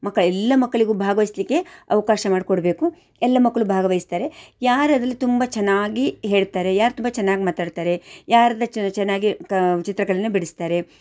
ಮಕ್ಕಳ ಎಲ್ಲ ಮಕ್ಕಳಿಗೂ ಭಾಗವಹಿಸಲಿಕ್ಕೆ ಅವಕಾಶ ಮಾಡಿಕೊಡ್ಬೇಕು ಎಲ್ಲ ಮಕ್ಕಳು ಭಾಗವಹಿಸ್ತಾರೆ ಯಾರು ಅದ್ರಲ್ಲಿ ತುಂಬ ಚೆನ್ನಾಗಿ ಹೇಳ್ತಾರೆ ಯಾರು ತುಂಬ ಚೆನ್ನಾಗಿ ಮಾತಾಡ್ತಾರೆ ಯಾರು ಚೆನ್ನಾಗಿ ಕ ಚಿತ್ರಕಲೆನ್ನ ಬಿಡಿಸ್ತಾರೆ